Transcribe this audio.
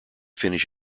finish